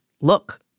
look